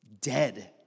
dead